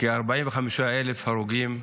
כ-45,000 הרוגים,